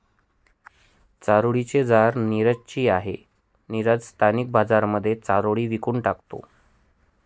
चारोळी चे झाड नीरज ची आहे, नीरज स्थानिक बाजारांमध्ये चारोळी विकून टाकतो